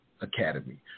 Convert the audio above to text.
Academy